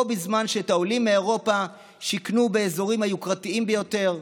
בו בזמן שאת העולים מאירופה שיכנו באזורים היוקרתיים ביותר,